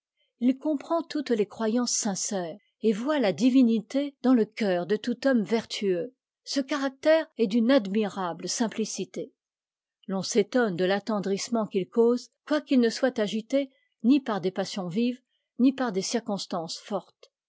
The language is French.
h comprend toutes les croyances sincères et voit la divinité dans le coeur de tout homme vertueux ce caractère est d'une admirable simplicité l'on s'étonne de l'attendrissement qu'il cause quoiqu'il ne soit agité ni par des passions vives ni par des circonstances fortes